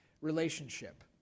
relationship